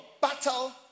battle